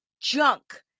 junk